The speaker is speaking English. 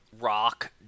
rock